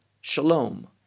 Shalom